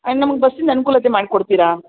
and ನಮಗೆ ಬಸ್ಸಿಂದು ಅನುಕೂಲತೆ ಮಾಡಿ ಕೊಡ್ತೀರಾ